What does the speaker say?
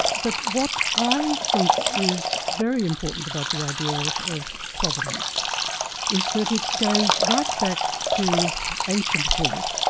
but what i think is very important about the idea of of providence is that it goes right back to ancient thought,